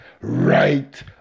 right